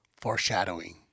Foreshadowing